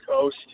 Coast